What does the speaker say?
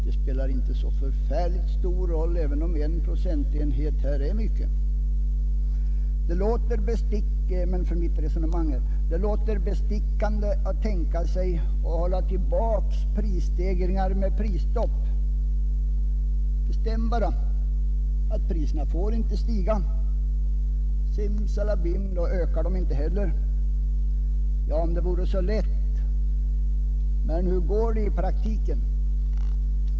Det spelar heller inte så förfärligt stor roll för mitt resonemang här, även om en procentenhet är mycket i sammanhanget. Det låter bestickande att hålla tillbaka prisstegringarna med prisstopp. Bestäm bara att priserna inte får stiga — simsalabim, då ökar de inte heller! Ja, om det vore så lätt. Men hur går det i praktiken?